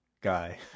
guy